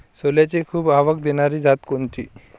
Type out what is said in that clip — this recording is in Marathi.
सोल्याची खूप आवक देनारी जात कोनची?